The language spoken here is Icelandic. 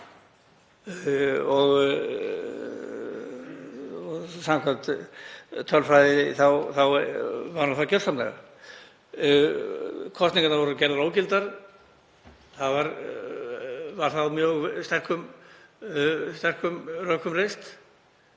og samkvæmt tölfræði var hún það gjörsamlega. Kosningarnar voru gerðar ógildar. Var það á mjög sterkum rökum reist?